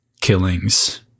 killings